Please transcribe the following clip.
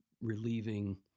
relieving